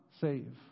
save